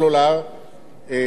בתי-חולים,